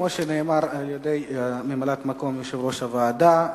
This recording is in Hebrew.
כמו שנאמר על-ידי ממלאת-מקום יושב-ראש הוועדה,